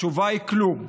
התשובה היא: כלום.